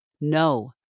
No